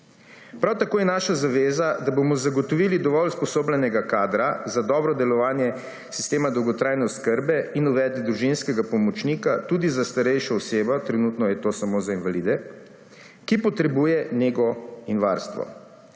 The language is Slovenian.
Prav tako je naša zaveza, da bomo zagotovili dovolj usposobljenega kadra za dobro delovanje sistema dolgotrajne oskrbe in uvedli družinskega pomočnika tudi za starejšo osebo, trenutno je to samo za invalide, ki potrebuje nego in varstvo.